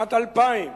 שבשנת 2000,